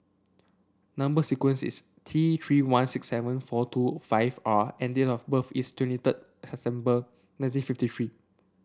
number sequence is T Three one six seven four two five R and date of birth is twenty third September nineteen fifty three